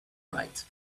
right